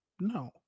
No